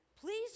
please